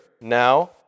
now